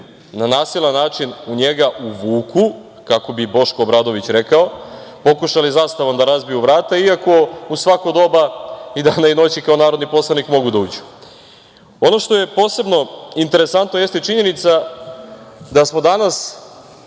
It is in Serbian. na nasilan način u njega uvuku, kako bi Boško Obradović rekao, pokušali zastavom da razbiju vrata iako u svako doba dana i noći kao narodni poslanik mogu da uđu. Ono što je posebno interesantno jeste činjenica da smo danas